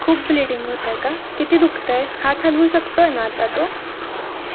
खूप ब्लिडिंग होत आहे का किती दुखत आहे हात हलवू शकतो आहे ना आता तो